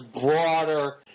broader